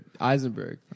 Eisenberg